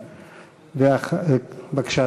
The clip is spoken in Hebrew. בבקשה,